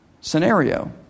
scenario